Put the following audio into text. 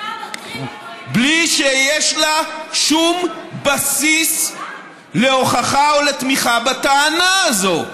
בלי שיש לה שום בסיס להוכחה או לתמיכה בטענה הזו.